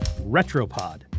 Retropod